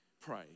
pray